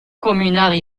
communards